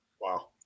Wow